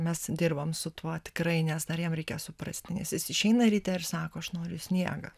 mes dirbam su tuo tikrai nes dar jam reikia suprasti nes jis išeina ryte ir sako aš noriu sniegą